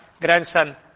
grandson